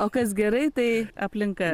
o kas gerai tai aplinka